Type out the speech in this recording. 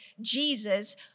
Jesus